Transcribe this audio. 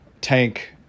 tank